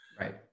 Right